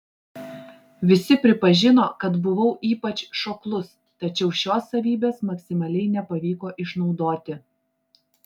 visi pripažino kad buvau ypač šoklus tačiau šios savybės maksimaliai nepavyko išnaudoti